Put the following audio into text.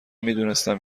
میدونستم